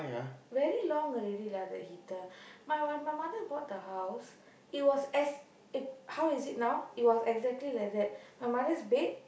very long already lah that heater my my my mother bought the house it was how is it now it was exactly like that my mother's bed